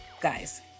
guys